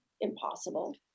impossible